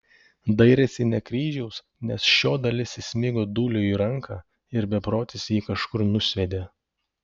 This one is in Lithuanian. dairėsi ne kryžiaus nes šio dalis įsmigo dūliui į ranką ir beprotis jį kažkur nusviedė